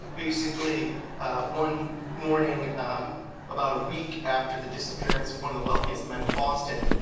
basically one morning um about a week after the disappearance of one of the wealthiest men in boston,